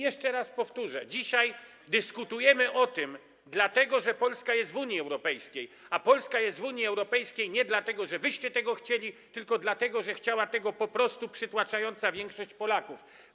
Jeszcze raz powtórzę: dzisiaj o tym dyskutujemy, dlatego że Polska jest w Unii Europejskiej, a jest w Unii Europejskiej nie dlatego, że wyście tego chcieli, tylko dlatego, że chciała tego po prostu przytłaczająca większość Polaków.